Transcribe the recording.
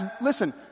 Listen